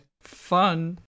Fun